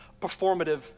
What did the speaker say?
performative